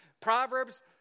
Proverbs